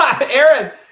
Aaron